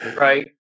right